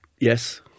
yes